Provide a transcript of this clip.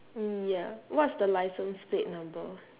ya what's the licence plate number